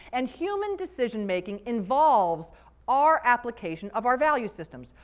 and human decision making involves our application of our value systems,